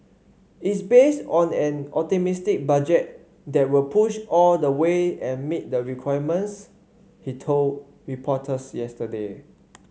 is based on an optimistic budget there will push all the way and meet the requirements he told reporters yesterday